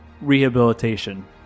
rehabilitation